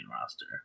roster